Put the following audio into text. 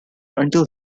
until